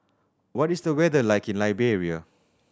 what is the weather like in Liberia